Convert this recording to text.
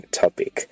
topic